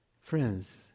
Friends